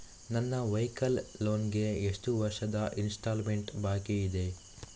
ನನ್ನ vehicle loan ಗೆ ಎಷ್ಟು ವರ್ಷದ ಇನ್ಸ್ಟಾಲ್ಮೆಂಟ್ ಬಾಕಿ ಇದೆ?